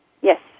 Yes